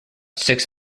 six